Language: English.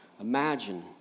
Imagine